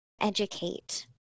educate